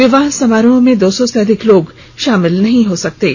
विवाह समारोह में दो सौ से अधिक लोग शामिल नहीं हो सकेंगे